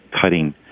cutting